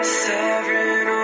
sovereign